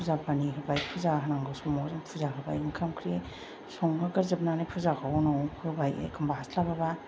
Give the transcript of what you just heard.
फुजा पानि होबाय फुजा होनांगौ समाव जों फुजा होबाय ओंखाम ओंख्रि संहोग्रोजोबनानै फुजाखौ उनाव होबाय एखमब्ला हास्लाबाब्ला